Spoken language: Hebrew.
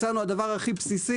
הצענו את הדבר הכי בסיסי,